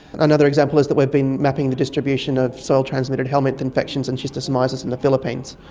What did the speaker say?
another example is that we been mapping the distribution of cell transmitted helminth infections and schistosomiasis in the philippines.